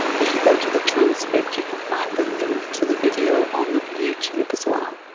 if you go to the transcript, you can find the link to the video on youtube as well.